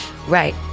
Right